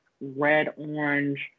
red-orange